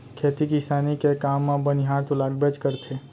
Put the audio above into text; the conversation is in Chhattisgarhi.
खेती किसानी के काम म बनिहार तो लागबेच करथे